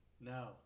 no